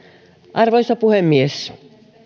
arvoisa puhemies